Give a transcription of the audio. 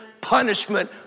punishment